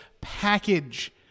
package